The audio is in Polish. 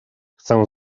chcę